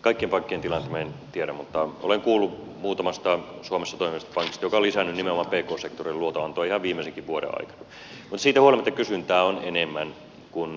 kaikkien pankkien tilannetta minä en nyt tiedä mutta olen kuullut muutamasta suomessa toimivasta pankista jotka ovat lisänneet nimenomaan pk sektorin luotonantoa ihan viimeisenkin vuoden aikana mutta siitä huolimatta kysyntää on enemmän kuin tarjontaa